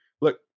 Look